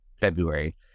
february